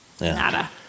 nada